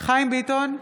חיים ביטון,